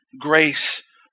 Grace